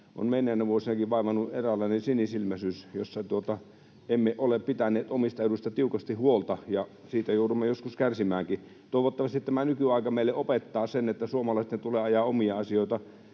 on menneinä vuosina vaivannut eräänlainen sinisilmäisyys emmekä ole pitäneet omista eduistamme tiukasti huolta, ja siitä joudumme joskus kärsimäänkin. Toivottavasti tämä nykyaika meille opettaa sen, että suomalaisten tulee ajaa omia asioita